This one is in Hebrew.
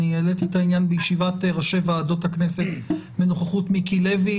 אני העליתי את העניין בישיבת ראשי ועדות הכנסת בנוכחות מיקי לוי,